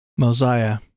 Mosiah